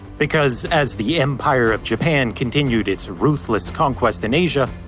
because as the empire of japan continued its ruthless conquest in asia,